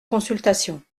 consultation